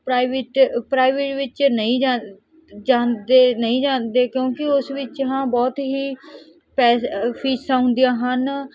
private private ਵਿੱਚ ਨਹੀਂ ਜਾ ਜਾਂਦੇ ਨਹੀਂ ਜਾਂਦੇ ਕਿਉਂਕਿ ਉਸ ਵਿੱਚ ਹਾਂ ਬਹੁਤ ਹੀ ਪੈਸ ਫੀਸਾਂ ਹੁੰਦੀਆਂ ਹਨ